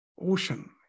ocean